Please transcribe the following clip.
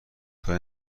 کاری